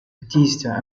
batista